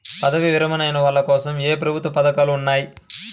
పదవీ విరమణ అయిన వాళ్లకోసం ఏ ప్రభుత్వ పథకాలు ఉన్నాయి?